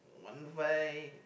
one five